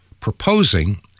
proposing